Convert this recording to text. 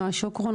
נועה שוקרון,